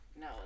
No